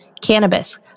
cannabis